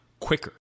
Quicker